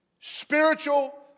spiritual